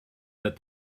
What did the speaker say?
that